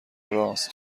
رآس